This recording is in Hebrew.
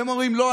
והם אומרים: לא,